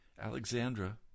Alexandra